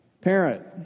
parent